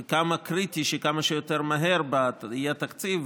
וכמה קריטי שכמה שיותר מהר יהיה תקציב,